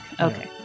Okay